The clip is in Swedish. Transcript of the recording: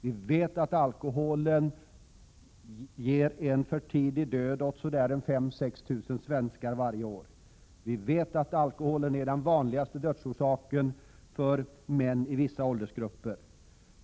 Vi vet att alkoholen orsakar en för tidig död hos ca 5 000-6 000 svenskar varje år. Vi vet att alkoholen är den vanligaste dödsorsaken för män i vissa åldersgrupper.